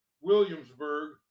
Williamsburg